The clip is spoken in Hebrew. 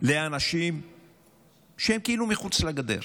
לאנשים שהם כאילו מחוץ לגדר.